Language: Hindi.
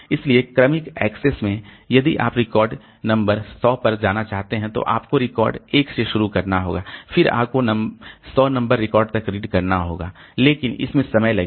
इसलिए क्रमिक एक्सेस में यदि आप रिकॉर्ड 100 नंबर पर जाना चाहते हैं तो आपको रिकॉर्ड 1 से शुरू करना होगा फिर आपको 100 नंबर रिकॉर्ड तक रीड करना होगा लेकिन इसमें समय लगेगा